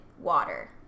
water